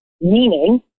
meaning